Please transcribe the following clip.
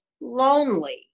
lonely